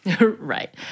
Right